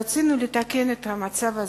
רצינו לתקן את המצב הזה.